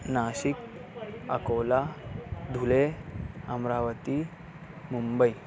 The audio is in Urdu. ناشک اکولا دھلے امراوتی ممبئی